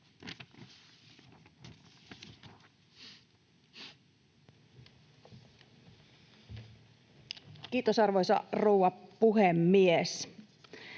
Kiitos, arvoisa puhemies!